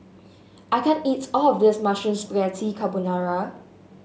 I can't eat all of this Mushroom Spaghetti Carbonara